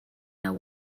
know